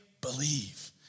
believe